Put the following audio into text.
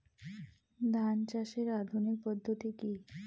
ধান চাষের আধুনিক পদ্ধতি কি?